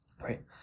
Right